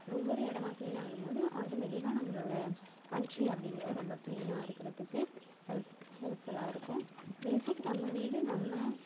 ஒவ்வொரு இடமா க்ளீன்னாகும் போது ஆட்டோமேட்டிக்காக நம்மளோடய கண்ட்ரி அப்படிங்கிறது ரொம்ப க்ளீனாக இருக்கிறத்துக்கு ஹெல்ஃப் ஹெல்ஃப்ஃபுல்லாக இருக்கும் பேசிக் நம்ம வீடு நம்ம